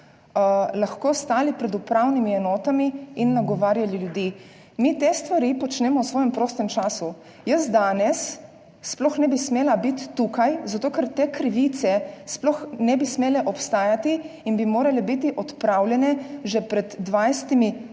lahko stali pred upravnimi enotami in nagovarjali ljudi. Mi te stvari počnemo v svojem prostem času. Jaz danes sploh ne bi smela biti tukaj, zato ker te krivice sploh ne bi smele obstajati in bi morale biti odpravljene že pred 20,